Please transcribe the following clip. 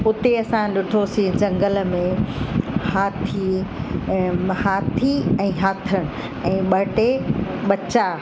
हुते असां ॾिठोसीं झंगल में हाथी ऐं मां हाथी ऐं हथ ऐं ॿ टे बच्चा